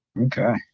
okay